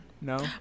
No